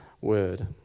word